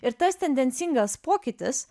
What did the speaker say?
ir tas tendencingas pokytis